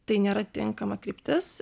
tai nėra tinkama kryptis